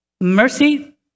mercy